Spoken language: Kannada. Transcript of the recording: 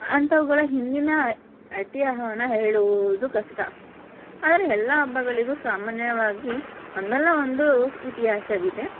ಅಂಥವುಗಳ ಹಿಂದಿನ ಐತಿಹ್ಯವನ್ನು ಹೇಳುವುದು ಕಷ್ಟ ಆದರೆ ಎಲ್ಲ ಹಬ್ಬಗಳಿಗೂ ಸಾಮಾನ್ಯವಾಗಿ ಒಂದಲ್ಲ ಒಂದು ಇತಿಹಾಸವಿದೆ